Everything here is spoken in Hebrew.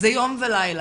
זה יום ולילה.